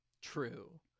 True